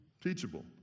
teachable